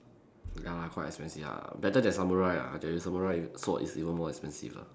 ya quite expensive ah better than samurai ah I tell you samurai swords is even more expensive lah